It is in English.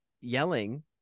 yelling